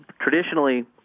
traditionally